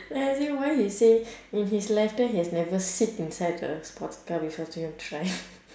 then I ask him why he say in his lifetime he has never sit inside a sports car before so he want try